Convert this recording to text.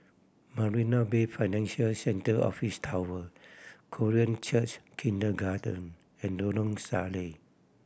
Marina Bay Financial Centre Office Tower Korean Church Kindergarten and Lorong Salleh